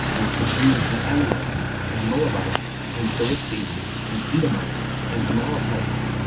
and subdued the ammonites, and moabites, and philistines, and edomites, and amalekites,